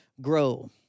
grow